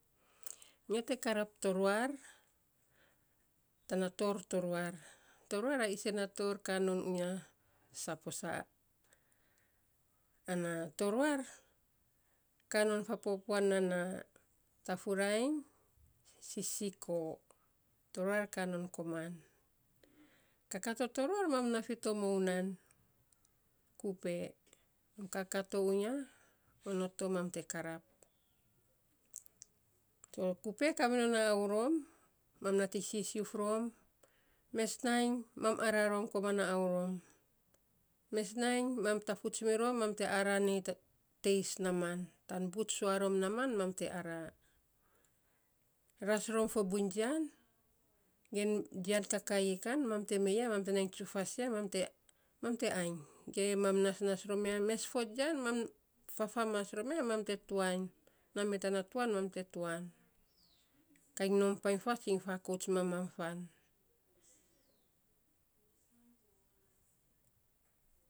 Nyo te karap toruar, tana torr toruar. Toruar a isen na torr kaa non uya saposa, ana toruar kaa non fapopuan nan na tafurainy, sisikoo. Toruar kaa non koman. Kaaka to toruar, am naa fito mounan, kupe, mam kakaa to uya, onot to mam te karap. kupe kaa minon a aurom, mam nating sisiuf rom, mes nainy mam araa rom koman, na aurom, mes nainy mam, tafuts mirom mam te araa nei teis naaman, tan buts, sua rom naaman mam te araa. Ras rom fo buiny jian, ge jian kakaii kan mam te mei ya, mam te nai tsufas ya, mam mam te mam te ainy, ge mam nasnas rom ya, mes fo jian mam fafamas rom ya, mam te tuwan, naa me tana tuwan mam te tuwan, kainy nom painy fats iny fakauts mamam fan.